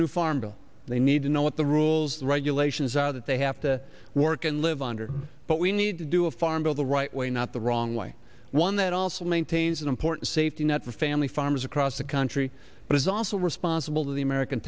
new farm bill they need to know what the rules regulations are that they have to work and live under but we need to do a farm bill the right way not the wrong way one that also maintains an important safety net for family farmers across the country but is also responsible to the american